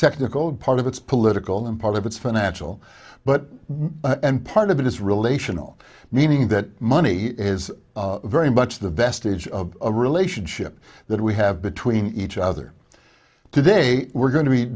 technical part of it's political and part of its financial but and part of it is relational meaning that money is very much the vestige of a relationship that we have between each other today we're going to be